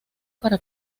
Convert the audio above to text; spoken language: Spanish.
para